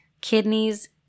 kidneys